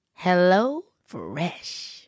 HelloFresh